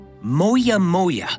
moya-moya